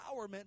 empowerment